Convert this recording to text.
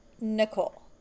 Nicole